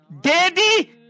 daddy